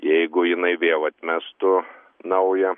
jeigu jinai vėl atmestų naują